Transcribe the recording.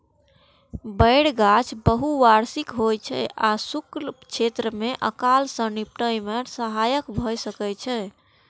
बेरक गाछ बहुवार्षिक होइ छै आ शुष्क क्षेत्र मे अकाल सं निपटै मे सहायक भए सकै छै